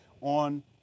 on